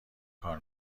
کار